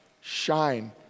shine